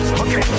okay